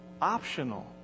optional